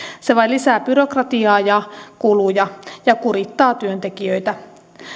se vain lisää byrokratiaa ja kuluja ja kurittaa työntekijöitä